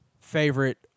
favorite